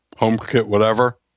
HomeKit-whatever